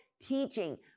teaching